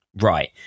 Right